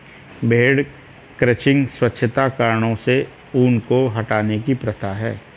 भेड़ क्रचिंग स्वच्छता कारणों से ऊन को हटाने की प्रथा है